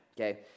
Okay